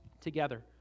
together